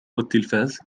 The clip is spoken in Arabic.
التلفاز